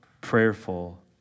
prayerful